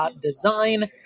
design